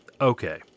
Okay